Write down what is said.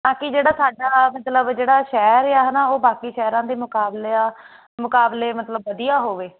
ਤਾਂ ਕਿ ਜਿਹੜਾ ਸਾਡਾ ਮਤਲਬ ਜਿਹੜਾ ਸ਼ਹਿਰ ਆ ਹੈ ਨਾ ਉਹ ਬਾਕੀ ਸ਼ਹਿਰਾਂ ਦੇ ਮੁਕਾਬਲੇ ਆ ਮੁਕਾਬਲੇ ਮਤਲਬ ਵਧੀਆ ਹੋਵੇ